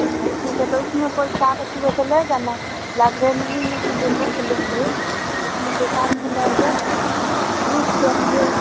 अच्छा ठीक है तो उसमें कोई कागज उगज लएगा ना लाइब्रेरी में जैसे बुक लेंगे उसमें कोई कागज रहेगा प्रूफ चाहिए